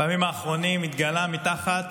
בימים האחרונים התגלה מתחת